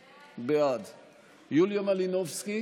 אתה לא, ואם תקשיב,